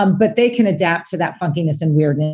um but they can adapt to that funkiness and weird,